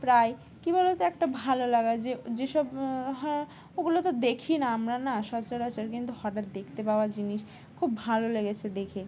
প্রায় কী বলতো একটা ভালো লাগা যে যেসব হ ওগুলো তো দেখি না আমরা না সচরাচর কিন্তু হঠাৎ দেখতে পাওয়া জিনিস খুব ভালো লেগেছে দেখে